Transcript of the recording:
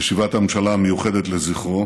ישיבת הממשלה המיוחדת לזכרו,